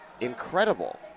incredible